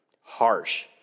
harsh